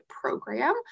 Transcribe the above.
program